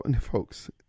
folks